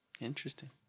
interesting